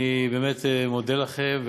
אני באמת מודה לכם,